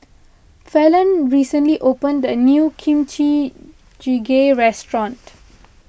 Falon recently opened a new Kimchi Jjigae restaurant